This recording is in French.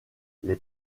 les